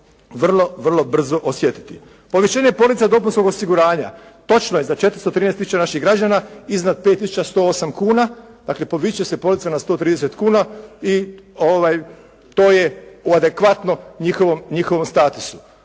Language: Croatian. vrlo, vrlo brzo osjetiti. Povišenje polica dopunskog osiguranja. Točno je, za 413 tisuća naših građana iznad 5108 kuna dakle povisit će se polica na 130 kuna i to je u adekvatno njihovom statusu.